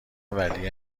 ولی